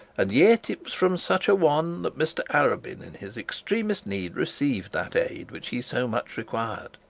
and yet it was from such a one that mr arabin in his extremest need received that aid which he so much required.